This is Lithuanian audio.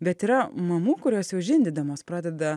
bet yra mamų kurios jau žindydamos pradeda